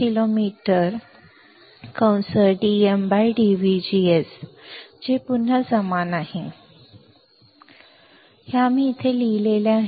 पुन्हा जे समान आहे जे आपल्याकडे आहे dm2 dVGS 2mdmdVGS हे आम्ही इथे लिहिले आहे